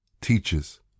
teachers